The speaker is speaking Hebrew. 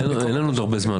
אין לנו עוד הרבה זמן,